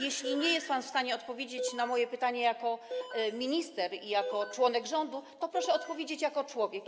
Jeśli nie jest pan w stanie odpowiedzieć na moje pytanie jako minister i jako członek rządu, to proszę odpowiedzieć jako człowiek.